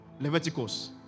Leviticus